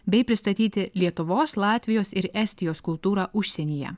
bei pristatyti lietuvos latvijos ir estijos kultūrą užsienyje